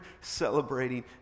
celebrating